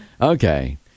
Okay